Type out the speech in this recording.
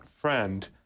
friend